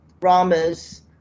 Rama's